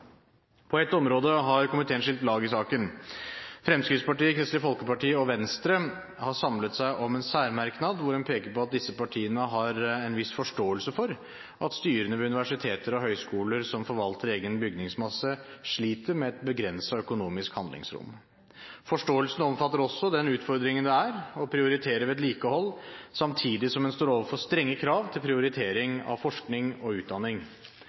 På ett område har komiteen skilt lag i saken. Fremskrittspartiet, Kristelig Folkeparti og Venstre har samlet seg om en særmerknad hvor en peker på at disse partiene har en viss forståelse for at styrene ved universiteter og høyskoler som forvalter egen bygningsmasse, sliter med et begrenset økonomisk handlingsrom. Forståelsen omfatter også den utfordringen det er å prioritere vedlikehold samtidig som en står overfor strenge krav til prioritering av forskning og utdanning.